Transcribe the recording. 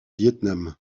vietnam